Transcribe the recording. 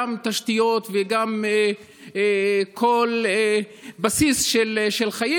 גם תשתיות וגם כל בסיס של חיים,